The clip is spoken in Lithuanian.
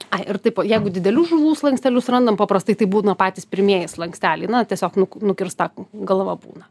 ai ir taip jeigu didelių žuvų slankstelius randam paprastai tai būna patys pirmieji slanksteliai na tiesiog nuk nukirsta k galva būna